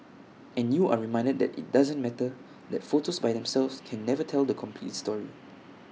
and you are reminded that IT doesn't matter that photos by themselves can never tell the complete story